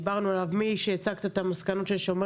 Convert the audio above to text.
דיברנו עליו משהצגת את המסקנות של שומר